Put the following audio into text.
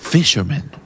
Fisherman